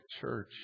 church